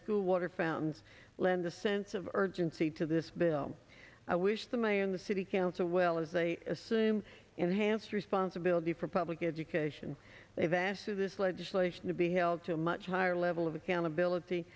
school water fountains lend a sense of urgency to this bill i wish the mayor and the city council well as they assume enhanced responsibility for public education they've asked for this legislation to be held to a much higher level of accountability